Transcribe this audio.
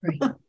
Right